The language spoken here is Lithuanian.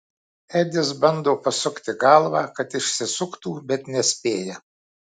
edis bando pasukti galvą kad išsisuktų bet nespėja